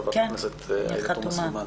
חברת הכנסת תומא סלימאן.